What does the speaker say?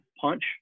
Punch